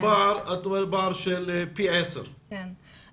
את אומרת שזה פער של פי 10. כן.